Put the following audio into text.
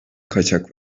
kaçak